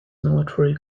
military